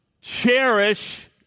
cherish